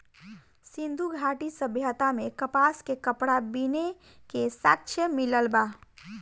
सिंधु घाटी सभ्यता में कपास के कपड़ा बीने के साक्ष्य मिलल बा